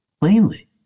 plainly